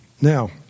Now